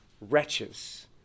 wretches